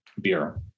beer